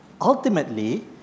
Ultimately